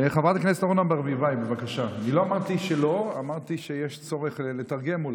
אני לא אמרתי שלא, אמרתי שאולי יש צורך לתרגם.